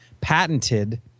patented